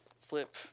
flip